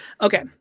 Okay